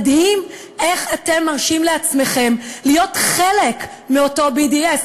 מדהים איך אתם מרשים לעצמכם להיות חלק מאותו BDS,